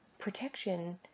protection